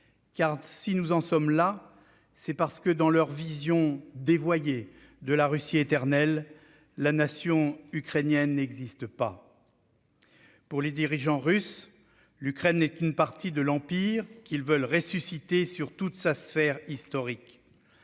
Car, si nous en sommes là, c'est parce que dans leur vision dévoyée de la Russie éternelle, la nation ukrainienne n'existe pas. Pour les dirigeants russes, l'Ukraine n'est qu'une partie de l'empire qu'ils veulent ressusciter dans toute sa sphère historique.